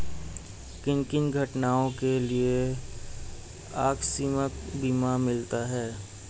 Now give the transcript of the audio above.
किन किन घटनाओं के लिए आकस्मिक बीमा मिलता है?